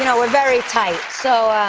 you know we're very tight. so,